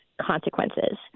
consequences